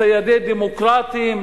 ציידי דמוקרטים,